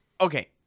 Okay